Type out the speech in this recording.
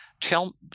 tell